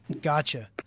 Gotcha